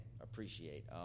appreciate